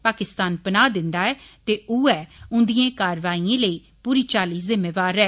पाकिस्तान पनाह दिन्दा ऐ ते उय्यै उन्दिए कारवाइयें लेई पूरी चाल्ली जिम्मेवार ऐ